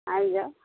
आबि जाउ